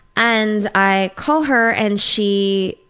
and i call her and she,